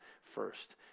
first